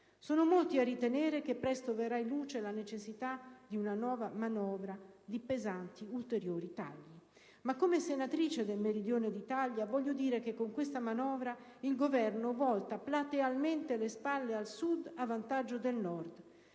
Sono molti a ritenere che presto verrà in luce la necessità di una nuova manovra che darà luogo a pesanti ed ulteriori tagli. Ma come senatrice del Meridione d'Italia voglio dire che con questa manovra il Governo volta platealmente le spalle al Sud a vantaggio del Nord.